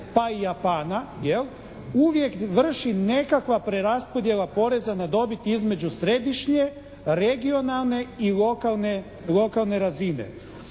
pa i Japana, jel, uvijek vrši nekakva preraspodjela poreza na dobit između središnje, regionalne i lokalne razine.